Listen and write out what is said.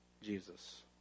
Jesus